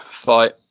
fight